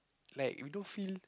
like you don't feel